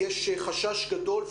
יש חשש גדול,